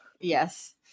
Yes